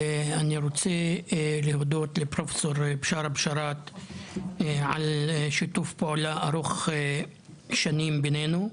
אני רוצה להודות לפרופ' בשארה בשאראת על שיתוף פעולה ארוך השנים בנינו,